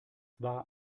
war